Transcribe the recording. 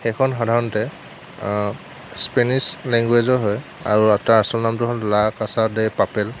সেইখন সাধাৰণতে স্পেনিছ লেংগুৱেজৰ হয় আৰু তাৰ আচল নামটো হ'ল লা কাচা দে পাপেল